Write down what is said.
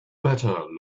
better